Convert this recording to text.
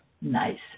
nice